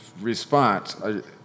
response